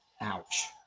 Ouch